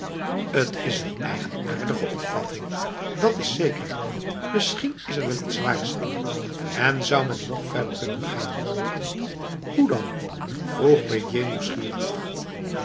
t is een eigenaardige opvatting dat is zekej misschien is er iets waars in en zou men nog verder kunnen gaanf hoe dan vroeg prédier